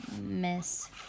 Miss